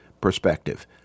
perspective